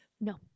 No